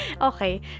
Okay